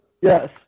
Yes